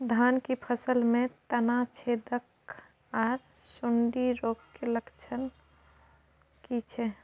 धान की फसल में तना छेदक आर सुंडी रोग के लक्षण की छै?